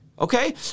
okay